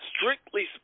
strictly